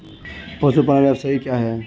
पशुपालन व्यवसाय क्या है?